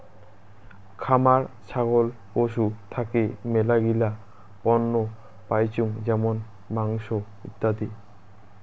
খামার ছাগল পশু থাকি মেলাগিলা পণ্য পাইচুঙ যেমন মাংস, ইত্যাদি